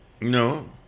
no